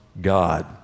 God